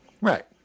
right